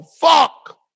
fuck